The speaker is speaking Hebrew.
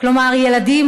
כלומר ילדים,